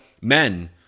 men